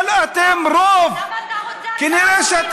אבל אתם רוב, למה אתה רוצה הגדרה לאומית,